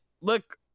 look